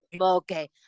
okay